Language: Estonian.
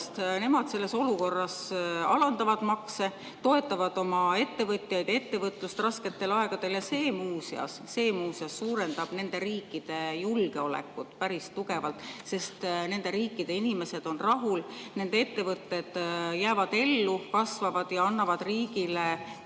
nemad selles olukorras alandavad makse, toetavad oma ettevõtjaid ja ettevõtlust rasketel aegadel. Ja see muuseas suurendab nende riikide julgeolekut päris tugevalt, sest nende riikide inimesed on rahul, nende ettevõtted jäävad ellu, kasvavad ja annavad riigile